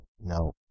No